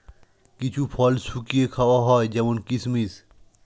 কিছু ফল শুকিয়ে খাওয়া হয় যেমন কিসমিস